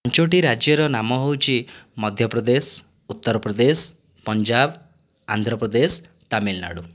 ପାଞ୍ଚଟି ରାଜ୍ୟର ନାମ ହେଉଛି ମଧ୍ୟପ୍ରଦେଶ ଉତ୍ତରପ୍ରଦେଶ ପଞ୍ଜାବ ଆନ୍ଧ୍ରପ୍ରଦେଶ ତାମିଲନାଡ଼ୁ